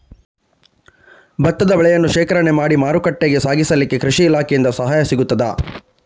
ಭತ್ತದ ಬೆಳೆಯನ್ನು ಶೇಖರಣೆ ಮಾಡಿ ಮಾರುಕಟ್ಟೆಗೆ ಸಾಗಿಸಲಿಕ್ಕೆ ಕೃಷಿ ಇಲಾಖೆಯಿಂದ ಸಹಾಯ ಸಿಗುತ್ತದಾ?